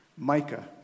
Micah